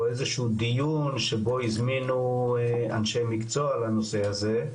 או איזה שהוא דיון שבו הזמינו אנשי מקצוע לנושא הזה,